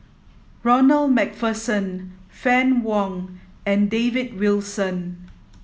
Ronald MacPherson Fann Wong and David Wilson